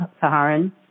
Saharan